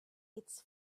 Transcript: its